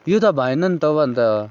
यो त भएन नि त हौ अन्त